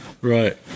right